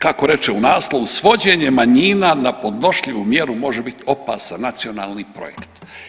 Kako reče u naslovu svođenje manjina na podnošljivu mjeru može biti opasan nacionalni projekt.